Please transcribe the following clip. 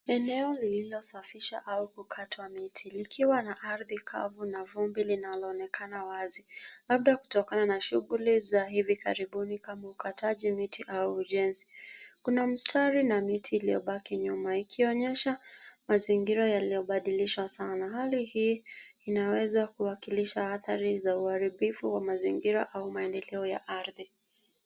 Eneo lililosafishwa au kukatwa miti likiwa na ardhi kavu na vumbi linaloonekana wazi labda kutokana na shughuli sasa hivi karibuni kama ukataji miti au ujenzi. Kuna mstari na miti iliobaki nyuma ikionyesha mazingira yaliyobadilishwa sana. Hali hii inaweza kuwakilisha athari za uharibifu wa mazingira au maendeleo ya ardhi.